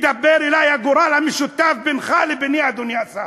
מדבר אלי הגורל המשותף בינך לביני, אדוני השר.